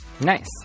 Nice